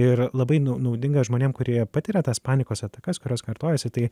ir labai naudinga žmonėm kurie patiria tas panikos atakas kurios kartojasi tai